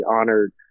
honored